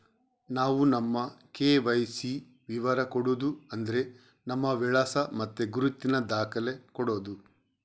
ನಾವು ನಮ್ಮ ಕೆ.ವೈ.ಸಿ ವಿವರ ಕೊಡುದು ಅಂದ್ರೆ ನಮ್ಮ ವಿಳಾಸ ಮತ್ತೆ ಗುರುತಿನ ದಾಖಲೆ ಕೊಡುದು